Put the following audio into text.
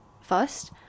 first